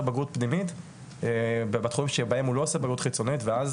בגרות פנימית ובתחומים שבהם הוא לא עושה בגרות חיצונית ואז